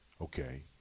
Okay